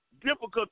difficult